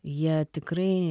jie tikrai